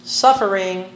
suffering